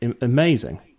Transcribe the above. amazing